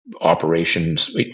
operations